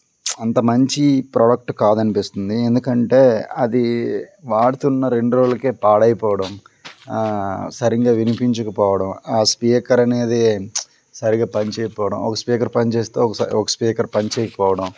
అంత మంచి ప్రోడక్ట్ కాదనిపిస్తుంది ఎందుకంటే అది వాడుతున్న రెండు రోజులకే పాడైపోవడం సరిగ్గా వినిపించకపోవడం ఆ స్పీకర్ అనేది సరిగ్గా పని చేయకపోవడం ఒక స్పీకర్ పనిచేస్తే ఒక స్పీకర్ పనిచేయకపోవడం